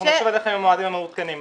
אנחנו נשוב אליכם עם מועדים מעודכנים.